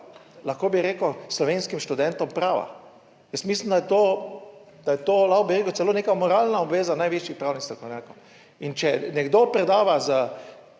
lahko bi rekel slovenskim študentom prava. Jaz mislim, da je to, da je to, lahko bi rekel celo neka moralna obveza najvišjih pravnih strokovnjakov ,in če nekdo predava s